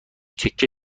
تکه